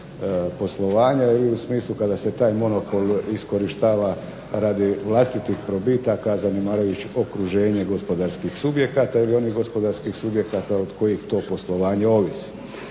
poslovanja ili u smislu kada se taj monopol iskorištava radi vlastitih probitaka zanemarujući okruženje gospodarskih subjekata ili onih gospodarskih subjekata od kojih to poslovanje ovisi.